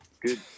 Good